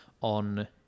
on